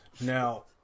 Now